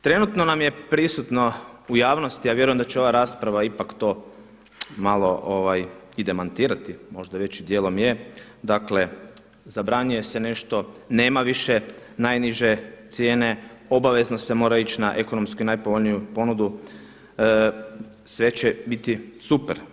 Trenutno nam je prisutno u javnosti, a vjerujem da će ova rasprava ipak to malo i demantirati, možda već i dijelom je, dakle zabranjuje se nešto, nema više najniže cijene, obavezno se mora ići na ekonomski najpovoljniju ponudu, sve će biti super.